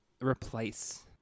replace